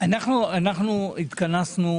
אנחנו התכנסנו,